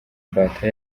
imbata